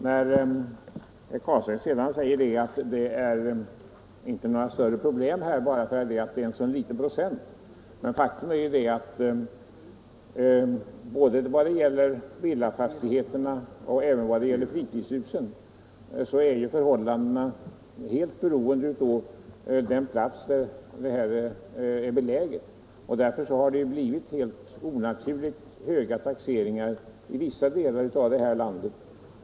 Herr Carlstein säger att det inte är några större problem bara därför att det gäller så få procent. Men faktum är att i fråga om både villafastigheterna och fritidshusen är förhållandena helt beroende av på vilken plats fastigheten är belägen, och det har blivit onaturligt höga taxeringar i vissa delar av landet.